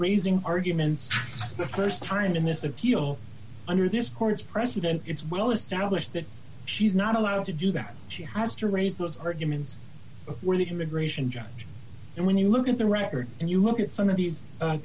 raising arguments the st time in this appeal under this court's precedent it's well established that she's not allowed to do that she has to raise those arguments were the immigration judge and when you look at the record and you look at some these